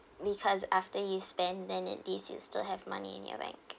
because after you spend then at least you still have money in your bank